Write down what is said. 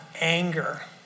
anger